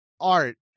art